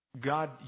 God